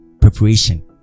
preparation